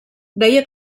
deia